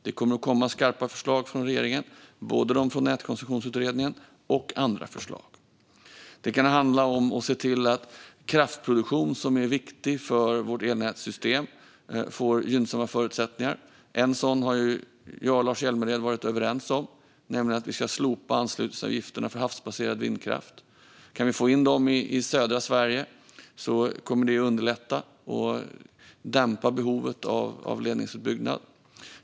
Det kommer att komma skarpa förslag från regeringen, både från Nätkoncessionsutredningen och andra förslag. Det kan handla om att se till att kraftproduktion som är viktig för vårt elnätssystem får gynnsamma förutsättningar. En sådan har jag och Lars Hjälmered varit överens om, nämligen att vi ska slopa anslutningsavgifterna för havsbaserad vindkraft. Kan vi få in den i södra Sverige kommer det att underlätta och dämpa behovet av ledningsutbyggnad.